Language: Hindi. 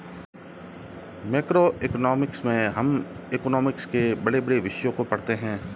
मैक्रोइकॉनॉमिक्स में हम इकोनॉमिक्स के बड़े बड़े विषयों को पढ़ते हैं